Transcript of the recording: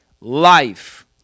life